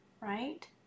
right